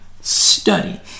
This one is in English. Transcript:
study